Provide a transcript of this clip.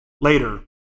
Later